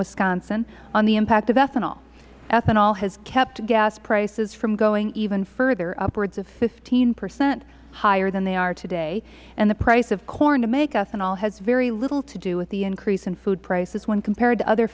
wisconsin on the impact of ethanol ethanol has kept gas prices from going even further upwards of fifteen percent higher than they are today and the price of corn to make ethanol has very little to do with the increase in food prices when compared to other